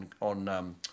on